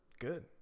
Good